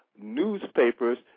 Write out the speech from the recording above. newspapers